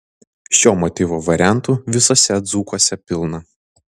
šio motyvo variantų visuose dzūkuose pilna